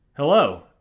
Hello